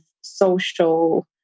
social